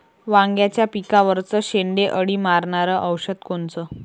वांग्याच्या पिकावरचं शेंडे अळी मारनारं औषध कोनचं?